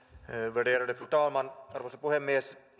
värderade fru talman arvoisa puhemies